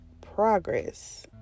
progress